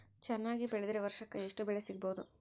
ಚೆನ್ನಾಗಿ ಬೆಳೆದ್ರೆ ವರ್ಷಕ ಎಷ್ಟು ಬೆಳೆ ಸಿಗಬಹುದು?